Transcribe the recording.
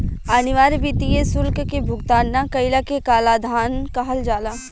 अनिवार्य वित्तीय शुल्क के भुगतान ना कईला के कालाधान कहल जाला